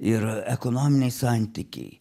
ir ekonominiai santykiai